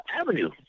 avenue